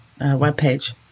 webpage